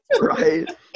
Right